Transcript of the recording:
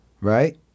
Right